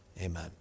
amen